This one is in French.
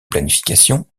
planification